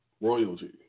royalty